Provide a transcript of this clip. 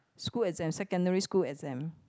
school exam secondary school exam